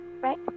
right